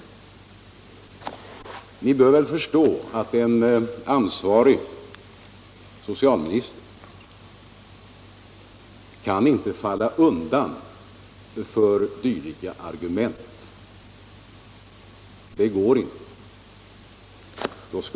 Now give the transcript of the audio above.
Ni bör förstå att en ansvarig socialminister inte kan falla undan för dylika argument.